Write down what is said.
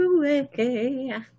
away